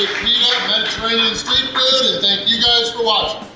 mediterranean street food and thank you guys for watching.